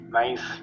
nice